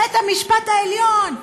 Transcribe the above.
בית-המשפט העליון,